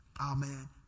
Amen